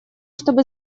чтобы